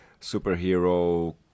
superhero